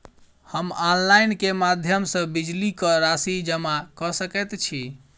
हम ऑनलाइन केँ माध्यम सँ बिजली कऽ राशि जमा कऽ सकैत छी?